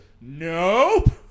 nope